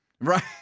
Right